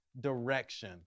direction